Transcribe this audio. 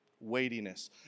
weightiness